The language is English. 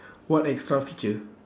what extra feature